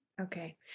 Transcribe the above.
Okay